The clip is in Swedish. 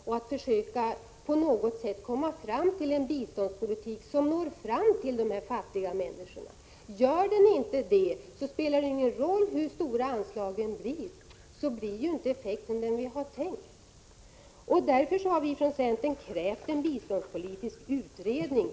Vi måste försöka bedriva en biståndspolitik som gör det möjligt att nå fram till de fattiga människorna. Det spelar ingen roll hur stora anslagen är om effekten inte blir den avsedda. Därför har centerpartiet krävt en biståndspolitisk utredning.